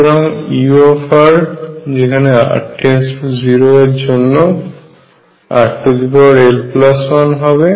সুতরাং u r 0 এর জন্য rl1 হবে